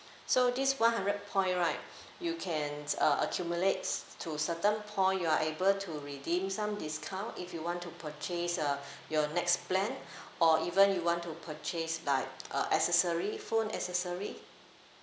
so this one hundred point right you can uh accumulate to certain point you are able to redeem some discount if you want to purchase uh your next plan or even you want to purchase like a accessory phone accessory